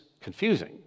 confusing